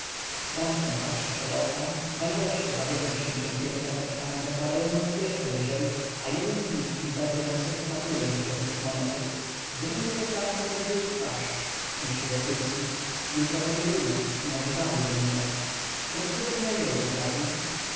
garson patrzy zpod oka dwaj goście bawiący się cienkiemi laseczkami zakładają nogi jeszcze wyżej a jeden z nich impertynencko przypatruje mu się przez monokol gdybym tego franta uderzył w twarz myśli wokulski jutro pojedynek i może zabiłby mnie ale gdybym ja jego zabił